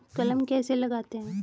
कलम कैसे लगाते हैं?